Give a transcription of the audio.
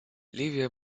ливия